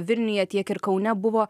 vilniuje tiek ir kaune buvo